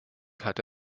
hatte